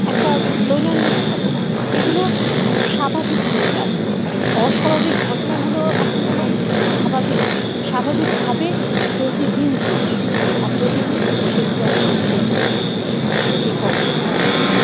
একটা দৈনন্দিন ঘটনা এগুলো স্বাভাবিক হয়ে গেছে মানে অস্বাভাবিক ঘটনাগুলো এখন যেন স্বাভাবিক স্বাভাবিকভাবে প্রতিদিন ঘটছে আর প্রতিদিন সেগুলো আমাদের সহ্য করতে হচ্ছে সেই কষ্টগুলো আমাদেরকে